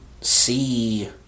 see